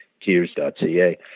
tears.ca